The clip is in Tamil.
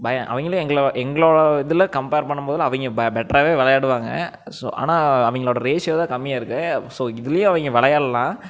பயம் அவங்களும் எங்களோட எங்களோட இதில் கம்பேர் பண்ணும் போதுல்லாம் அவங்க பெட்டராவே விளையாடுவாங்க ஸோ ஆனால் அவங்களோட ரேஷியோதான் கம்மியாக இருக்கு ஸோ இதுலேயும் அவங்க விளையாட்லாம்